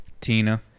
Tina